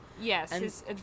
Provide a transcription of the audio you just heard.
Yes